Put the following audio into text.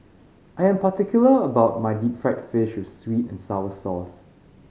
I am particular about my deep fried fish with sweet and sour sauce